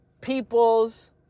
peoples